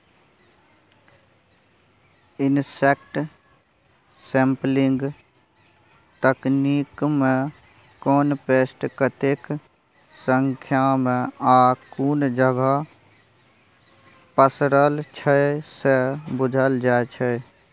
insect sampling तकनीकमे कोन pest कतेक संख्यामे आ कुन जगह पसरल छै से बुझल जाइ छै